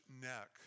neck